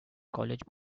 college